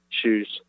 shoes